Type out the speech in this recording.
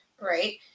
right